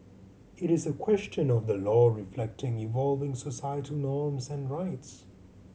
it is a question of the law reflecting evolving societal norms and rights